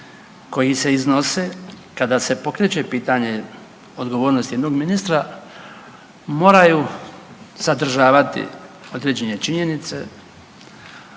koji se iznose kada se pokreće pitanje odgovornosti jednog ministra moraju sadržavati određene činjenice,